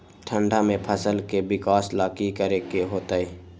ठंडा में फसल के विकास ला की करे के होतै?